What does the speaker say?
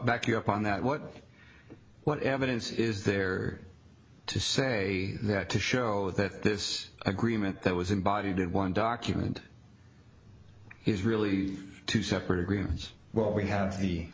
backed you up on that what what evidence is there to say that to show that this agreement that was embodied in one document is really two separate agreements well we have the